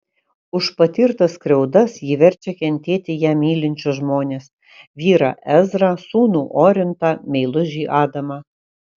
už patirtas skriaudas ji verčia kentėti ją mylinčius žmones vyrą ezrą sūnų orintą meilužį adamą